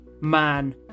man